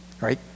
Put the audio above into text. Right